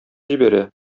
җибәрә